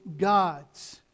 gods